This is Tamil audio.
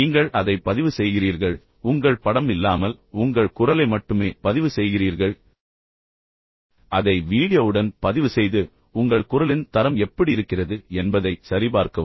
நீங்கள் அதை பதிவு செய்கிறீர்கள் உங்கள் படம் இல்லாமல் உங்கள் குரலை மட்டுமே பதிவு செய்கிறீர்கள் அதை வீடியோவுடன் பதிவுசெய்து பின்னர் உங்கள் குரலின் தரம் எப்படி இருக்கிறது என்பதைச் சரிபார்க்கவும்